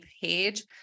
page